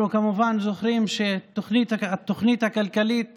אנחנו כמובן זוכרים שהתוכנית הכלכלית